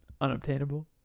unobtainable